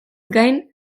gain